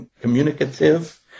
communicative